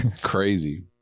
Crazy